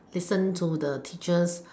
listen to the teachers